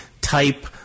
type